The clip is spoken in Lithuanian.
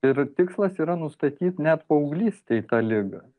ir tikslas yra nustatyti net paauglystėj tą ligą